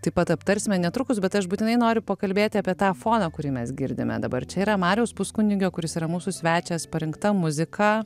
taip pat aptarsime netrukus bet aš būtinai noriu pakalbėti apie tą foną kurį mes girdime dabar čia yra mariaus puskunigio kuris yra mūsų svečias parinkta muzika